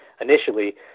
initially